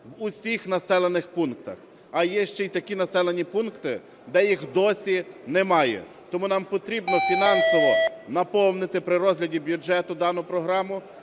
в усіх населених пунктах, а є ще й такі населені пункти, де їх досі немає. Тому нам потрібно фінансово наповнити при розгляді бюджету дану програму,